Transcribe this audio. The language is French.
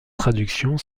traduction